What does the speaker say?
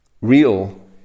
Real